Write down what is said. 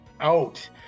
out